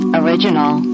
original